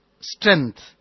strength